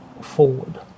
forward